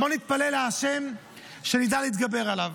בוא נתפלל לשם שנדע להתגבר עליו.